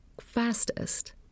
fastest